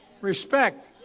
respect